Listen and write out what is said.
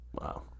Wow